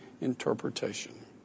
interpretation